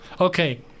okay